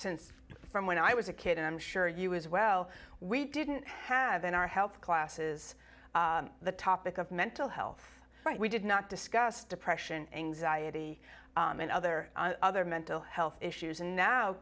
sense from when i was a kid and i'm sure you as well we didn't have in our health classes the topic of mental health right we did not discuss depression anxiety and other other mental health issues and now